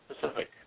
Pacific